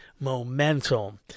Momentum